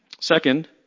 Second